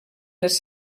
les